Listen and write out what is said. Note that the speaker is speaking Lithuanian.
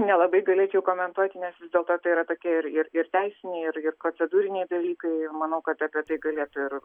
nelabai galėčiau komentuoti nes vis dėlto tai yra tokia ir ir ir teisiniai irgi procedūriniai dalykai manau kad apie tai galėtų ir